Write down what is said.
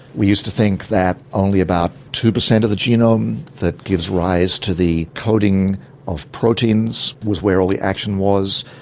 we used to think that only about two per cent of the genome that gives rise to the coding of proteins was where all the action was.